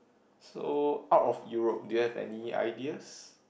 so out of Europe do you have any ideas